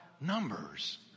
numbers